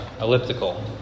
elliptical